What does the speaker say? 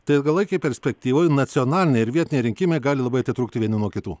tai ilgalaikėj perspektyvoj nacionaliniai ir vietiniai rinkimai gali labai atitrūkti vieni nuo kitų